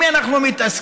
עם מי אנחנו מתעסקים?